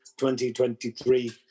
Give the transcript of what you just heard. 2023